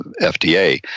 FDA